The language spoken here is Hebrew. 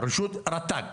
רשות רט"ג,